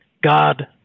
God